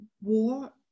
war